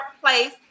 place